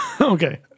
Okay